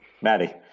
Maddie